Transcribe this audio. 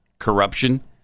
corruption